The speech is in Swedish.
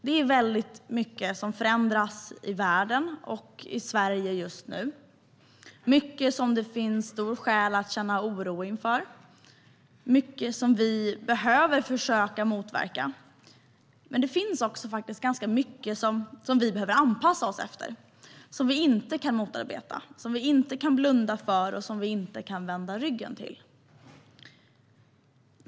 Det är mycket som förändras i världen och i Sverige just nu. Det är mycket som det finns skäl att känna oro inför, och det är mycket som vi behöver försöka motverka. Men det finns faktiskt också ganska mycket som vi behöver anpassa oss efter, som vi inte kan motarbeta, som vi inte kan blunda för och som vi inte kan vända ryggen till.